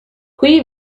qui